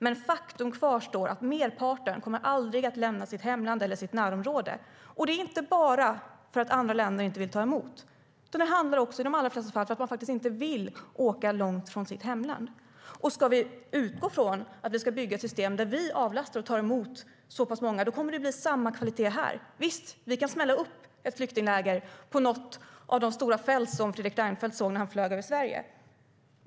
Men faktum kvarstår att merparten aldrig kommer att lämna sitt hemland eller sitt närområde, och det är inte bara därför att andra länder inte vill ta emot, för i de allra flesta fall handlar det om att man inte vill åka långt från sitt hemland. Ska vi utgå från att det ska byggas system där vi avlastar och tar emot så pass många, då kommer det att bli samma kvalitet här. Visst kan vi smälla upp ett flyktingläger på något av de stora fält som Fredrik Reinfeldt såg när han flög över Sverige.